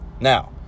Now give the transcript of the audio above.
Now